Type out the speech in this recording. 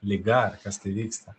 liga kas tai vyksta